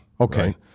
Okay